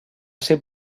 ser